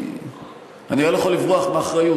אני הרי לא יכול לברוח מאחריות,